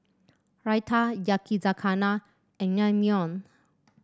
Raita Yakizakana and Naengmyeon